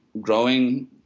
growing